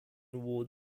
ward